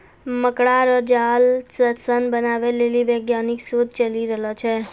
मकड़ा रो जाल से सन बनाबै लेली वैज्ञानिक शोध चली रहलो छै